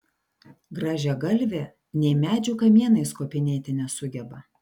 grąžiagalvė nė medžių kamienais kopinėti nesugeba